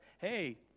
hey